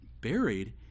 buried